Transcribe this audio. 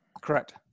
correct